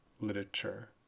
literature